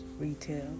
retail